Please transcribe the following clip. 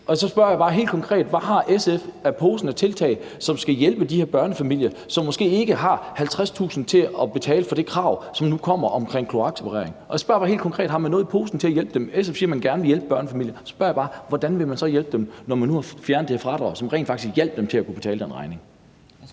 Så spørger jeg bare helt konkret: Hvad har SF i posen af tiltag, som skal hjælpe de her børnefamilier, som måske ikke har 50.000 kr. til at betale for det krav, som nu kommer i forbindelse med kloakseparering? Jeg spørger bare helt konkret, om man har noget i posen til at hjælpe dem. SF siger, at man gerne vil hjælpe børnefamilierne, og så spørger jeg bare: Hvordan vil man så hjælpe dem, når man nu har fjernet det her fradrag, som rent faktisk hjalp til at kunne betale den regning?